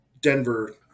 Denver